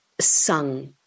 sung